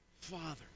Father